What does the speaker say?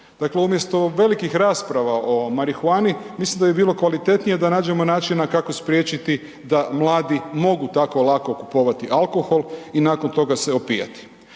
Dakle, umjesto velikih rasprava o marihuani mislim da bi bilo kvalitetnije da nađemo načina kako spriječiti da mladi mogu tako lako kupovati alkohol i nakon toga se opijati.